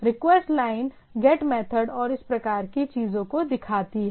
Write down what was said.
request line get method और उस प्रकार की चीजों को दिखाती है